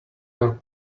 your